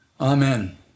Amen